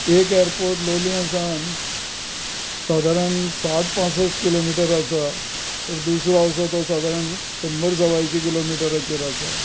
एक एयरपोर्ट लोलयें सावन सादारण साठ पासश्ट किलोमिटर आसा तर दुसरो आसा तो सादारण शंबर सवायशीं किलोमिटराचेर आसा